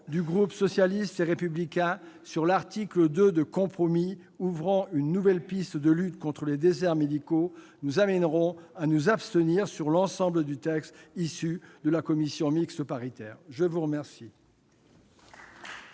du groupe socialiste et républicain sur l'article 2 de compromis ouvrant une nouvelle piste de lutte contre les déserts médicaux nous amèneront à nous abstenir sur l'ensemble du texte issu des travaux de la commission mixte paritaire. La parole